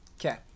Okay